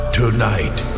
tonight